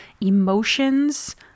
Emotions